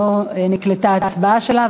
לא נקלטה ההצבעה שלה,